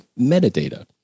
metadata